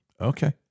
Okay